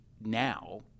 now